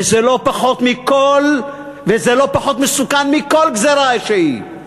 וזה לא פחות מסוכן מכל גזירה שהיא.